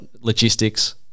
logistics